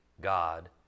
God